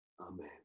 amen